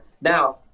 Now